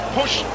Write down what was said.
push